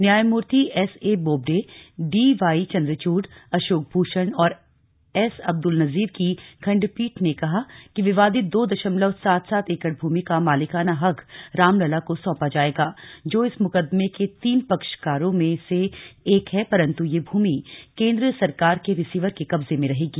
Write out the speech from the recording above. न्यायमूर्ति SA Bobde DY Chandrachud Ashok Bhushan और S Abdul Nazeer की खंड पीठ ने कहा कि विवादित दो दशमलव सात सात एकड़ भूमि का मालिकाना हक रामलला को सौंपा जाएगा जो इस मुकदमें के तीन पक्षकारों में से एक है पंरतु यह भूमि केंद्र सरकार के रिसीवर के कब्जे में रहेगी